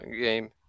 game